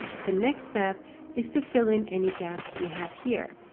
so next step is to fill in any gaps we have here.